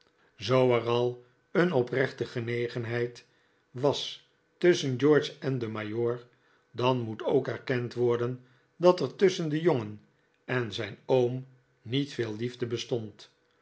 zoo er al een oprechte genegenheid was tusschen george en den majoor dan moet ook erkend worden dat er tusschen den jongen en zijn oom niet veel liefde bestond